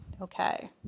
okay